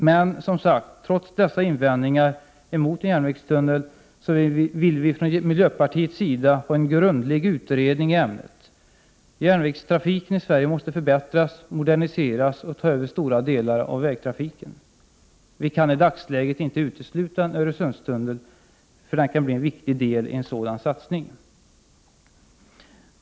Men, som sagt, trots dessa invändningar emot en järnvägstunnel vill vi från miljöpartiets sida ha en grundlig utredning i ämnet. Järnvägstrafiken i Sverige måste förbättras, moderniseras och ta över stora delar av vägtrafiken. Vi kan i dagsläget inte utesluta att en Öresundstunnel kan bli en viktig del i en sådan satsning.